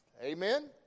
Amen